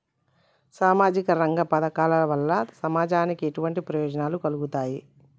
సామాజిక రంగ పథకాల వల్ల సమాజానికి ఎటువంటి ప్రయోజనాలు కలుగుతాయి?